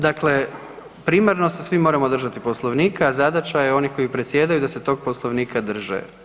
Dakle, primarno se svi moramo držati Poslovnika, a zadaća je onih koji predsjedaju da se tog Poslovnika drže.